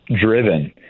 driven